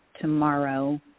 tomorrow